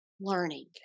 learning